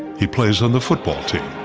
he plays on the football team